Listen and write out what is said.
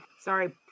Sorry